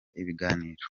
ibiganiro